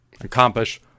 Accomplish